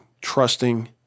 trusting